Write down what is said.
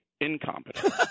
incompetent